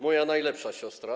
moja najlepsza siostra.